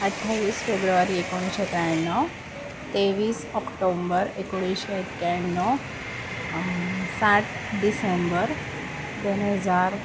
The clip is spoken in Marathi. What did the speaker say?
अठ्ठावीस फेब्रुवारी एकोणीसशे त्र्याण्णव तेवीस ऑक्टोंबर एकोणीसशे एक्याण्णव सात डिसेंबर दोन हजार